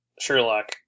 Sherlock